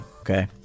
Okay